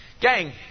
Gang